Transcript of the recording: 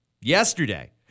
yesterday